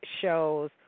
shows